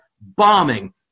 bombing